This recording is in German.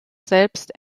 selbst